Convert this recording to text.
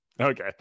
Okay